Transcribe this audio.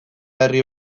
herri